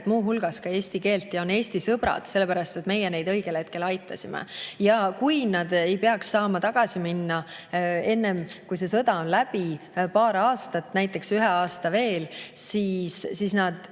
muu hulgas ka eesti keelt ja on Eesti sõbrad, sellepärast et meie neid õigel hetkel aitasime. Ja kui nad ei peaks saama tagasi minna enne, kui see sõda on läbi – paar aastat, näiteks ühe aasta veel –, siis nad